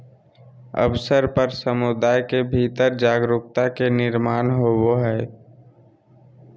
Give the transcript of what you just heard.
अवसर पर समुदाय के भीतर जागरूकता के निर्माण होबय हइ